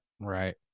Right